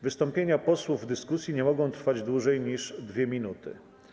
Wystąpienia posłów w dyskusji nie mogą trwać dłużej niż 2 minuty.